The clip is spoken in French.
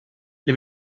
les